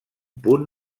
punt